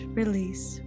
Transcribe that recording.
release